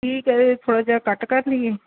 ਠੀਕ ਹੈ ਇਹ ਥੋੜ੍ਹਾ ਜਿਹਾ ਘੱਟ ਕਰ ਲਈਏ